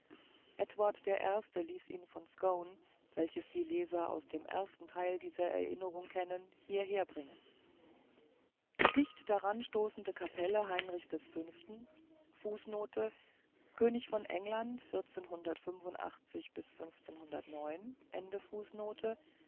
eduard der erste ließ ihn von scone welches die leser aus dem ersten teile dieser erinnerungen kennen hierher bringen die dicht daran stoßende kapelle heinrichs